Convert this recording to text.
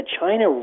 China